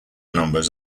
numbers